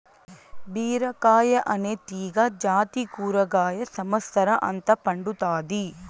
బీరకాయ అనే తీగ జాతి కూరగాయ సమత్సరం అంత పండుతాది